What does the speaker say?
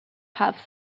have